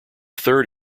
third